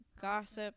gossip